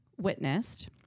witnessed